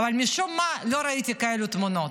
אבל משום מה לא ראיתי כאלו תמונות.